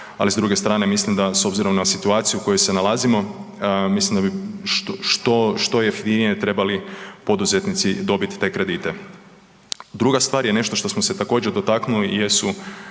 ali s druge strane, mislim da s obzirom na situaciju u kojoj se nalazimo, mislim da bi što jeftinije trebali poduzetnici dobiti te kredite. Druga stvar je nešto što smo se također, dotaknuli jesu,